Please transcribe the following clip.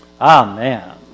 Amen